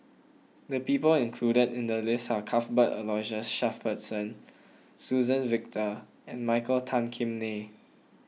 the people included in the list are Cuthbert Aloysius Shepherdson Suzann Victor and Michael Tan Kim Nei